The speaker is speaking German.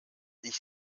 ich